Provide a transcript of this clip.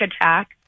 attack